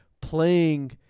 playing